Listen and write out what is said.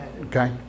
Okay